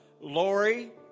Lori